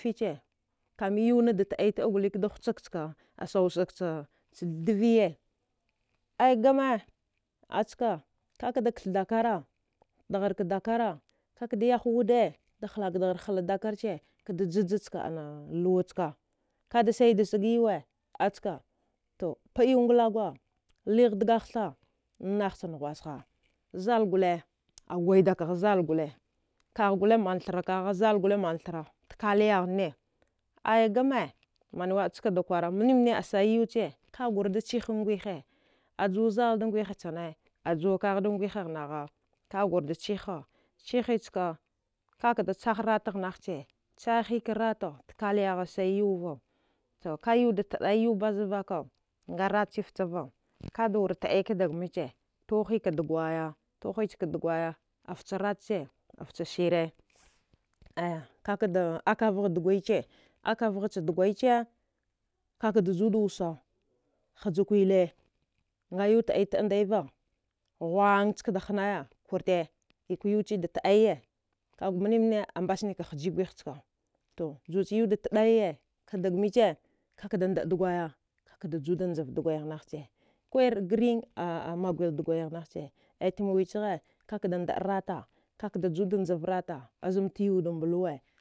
Fiche, kan yu na ɗe taɗa we taɗa gule kada hujoje chka a sau sige che deviye ai gami a chka kaka de keth dakarra kuth daghar ka dakarra ka ka da yeh loɗe, da nhak veghar nla dakarra che kaɗe tata anna luwa chka ka sai de sege achka a to paɗ yu hgla guwa, high dagatha nagu che nughlewasha, zah gula a gvida kaha zai gelle manthra, te kaliyagha ne, ai game maniu saka da kwara minime a sawe yechi gule ka glar da china ngwehe, a juwa sale da nghwehe chaha, a juwa kagha nghwhegh nagha, ka gur da chiha chiha chka ka ka da chaha rata gh nahe che, chahi ke vata ta kalyaghe savije yuva ta de taɗawi yu bazavaka, nga vat che ficha va kade wura ta'a waya ke dege miche tohi ka doguya tughi chka duguwa, aficha vate che a fiche duguya, aficha vate che a ficha duguya-shire ai kaka da ɗakav gha duguya che akavaghe deguye che a kaka da tu da wasse, inja kwile, aga yu de taɗe wi taɗa ndiye va qogh ska da hernya kurta tkwa yu che da taɗa waya minimina a mbasnika inji guhe chka, to, julo che yu da taɗa wiya ke deg miche ka ka da daɗ dogiwiya ka ka da ju njev deguiya grink a megule degwiye he ngh che ai tamma wi cheghe ka ke da ɗed rata ka ka da nje vate az mta yu du tadawaya-mbluwe